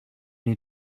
need